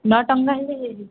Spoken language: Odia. ନଅ ଟଙ୍କା ହେଲେ ହେଇଯିବ